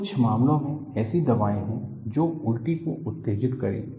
कुछ मामलों में ऐसी दवाएं हैं जो उल्टी को उत्तेजित करेंगी